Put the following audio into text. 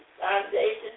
foundation